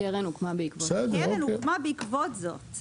הקרן הוקמה בעקבות החוק.